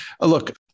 Look